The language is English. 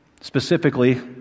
Specifically